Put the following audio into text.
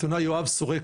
העיתונאי יואב סורק,